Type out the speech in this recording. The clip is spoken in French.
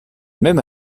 même